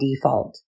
default